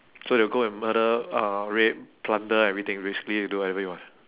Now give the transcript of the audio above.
so you'll go and murder uh rape plunder everything basically you do whatever you want